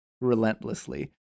relentlessly